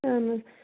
اَہَن حظ